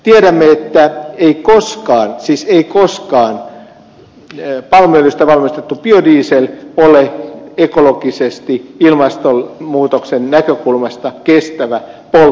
tiedämme että ei koskaan siis ei koskaan palmuöljystä valmistettu biodiesel ole ekologisesti ilmastonmuutoksen näkökulmasta kestävä polttoaine